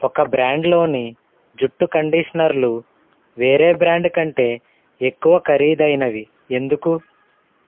ఒక బ్రాండ్లోని జుట్టు కండీష్నర్లు వేరే బ్రాండు కంటే ఎక్కువ ఖరీదైనవి ఎందుకు